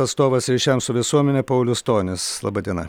atstovas ryšiams su visuomene paulius stonis laba diena